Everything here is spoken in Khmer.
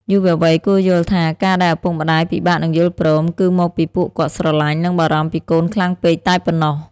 យុវវ័យគួរយល់ថា ការដែលឪពុកម្ដាយពិបាកនឹងយល់ព្រម គឺមកពីពួកគាត់ស្រឡាញ់ និងបារម្ភពីកូនខ្លាំងពេកតែប៉ុណ្ណោះ។